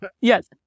Yes